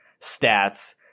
stats